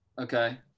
Okay